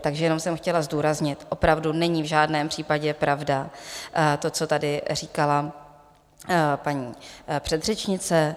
Takže jenom jsem chtěla zdůraznit, opravdu není v žádném případě pravda to, co tady říkala paní předřečnice.